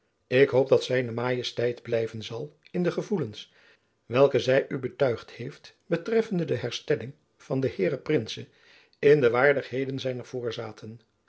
ik hoop dat z m blijven zal in de gevoelens welke zy u betuigd heeft betreffende de herstelling van den heere prince in de waardigheden zijner